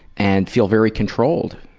and feel very controlled.